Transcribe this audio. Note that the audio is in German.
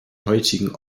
heutigen